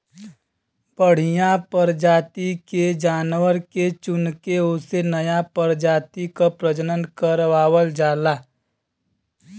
बढ़िया परजाति के जानवर के चुनके ओसे नया परजाति क प्रजनन करवावल जाला